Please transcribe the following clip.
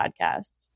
podcast